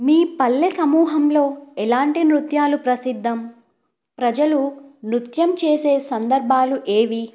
మీ పల్లె సమూహంలో ఎలాంటి నృత్యాలు ప్రసిద్ధం ప్రజలు నృత్యం చేసే సందర్భాలు ఏవి